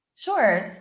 Sure